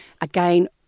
again